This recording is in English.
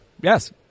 Yes